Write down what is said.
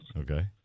okay